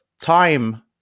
time